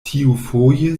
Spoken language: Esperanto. tiufoje